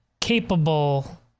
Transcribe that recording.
capable